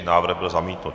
Návrh byl zamítnut.